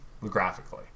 graphically